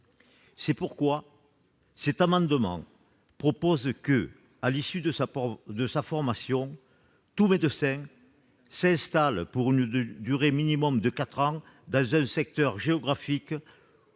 par cet amendement, que, à l'issue de sa formation, tout médecin s'installe pour une durée minimale de quatre ans dans un secteur géographique